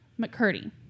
McCurdy